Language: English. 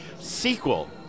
sequel